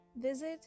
Visit